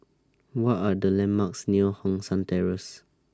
What Are The landmarks near Hong San Terrace